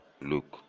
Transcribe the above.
look